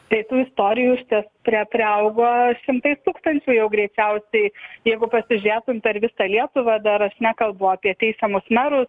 tai tų istorijų išties priaugo šimtais tūkstančių jau greičiausiai jeigu pasižiūrėtum per visą lietuvą dar aš nekalbu apie teisiamus merus